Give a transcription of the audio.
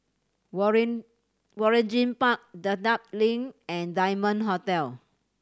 Waring Waringin Park Dedap Link and Diamond Hotel